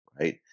right